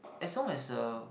as long as uh